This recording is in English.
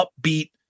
upbeat